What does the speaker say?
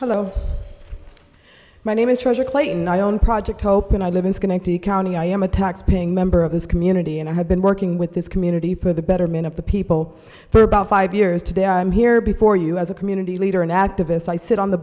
love my name is treasurer clay and i own project hope and i live in schenectady county i am a taxpaying member of this community and i have been working with this community for the betterment of the people for about five years today i'm here before you as a community leader and activist i sit on the